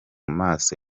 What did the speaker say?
maso